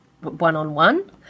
one-on-one